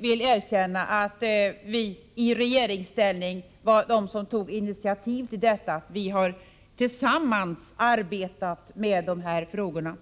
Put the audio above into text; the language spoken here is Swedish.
vill erkänna att vi i regeringsställning var de som tog initiativ till detta. Vi har alltså tillsammans arbetat med dessa frågor.